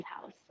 house